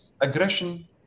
aggression